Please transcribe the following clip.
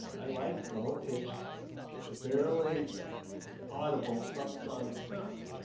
i like low pitched barely audible subsonic sounds.